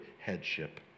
headship